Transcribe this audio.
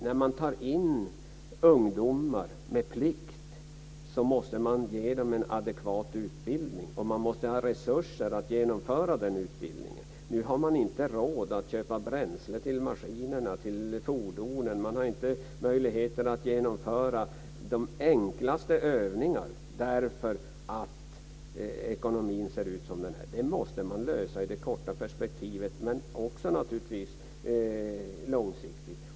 När man tar in ungdomar med plikt måste man ge dem en adekvat utbildning. Man måste ha resurser att genomföra den utbildningen. Nu har man inte råd att köpa bränsle till maskinerna, till fordonen. Man har inte möjligheter att genomföra de enklaste övningar därför att ekonomin ser ut som den gör. Det måste man lösa i det korta perspektivet, men också naturligtvis långsiktigt.